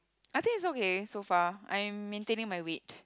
I think it's okay so far I am maintaining my weight